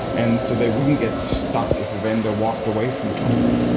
and so they wouldn't get stuck if a vendor walked away from something.